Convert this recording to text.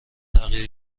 تغییر